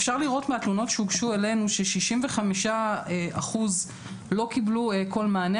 אפשר לראות מהתלונות שהוגשו אלינו ש-65% לא קיבלו כל מענה.